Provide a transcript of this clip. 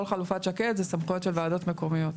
כל חלופת שקד זה סמכויות של ועדות מקומיות.